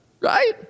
right